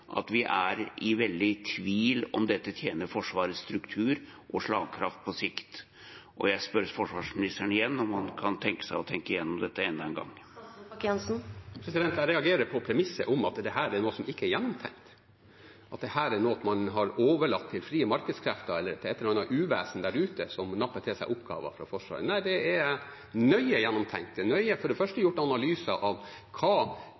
at vi er veldig i tvil om dette tjener Forsvarets struktur og slagkraft på sikt. Jeg spør forsvarsministeren igjen om han kan tenke seg å tenke gjennom dette enda en gang. Jeg reagerer på premisset om at dette er noe som ikke er gjennomtenkt, at dette er noe man har overlatt til frie markedskrefter, eller til et eller annet uvesen der ute som napper til seg oppgaver fra Forsvaret. Nei, det er nøye gjennomtenkt. For det første er det gjort analyser av hva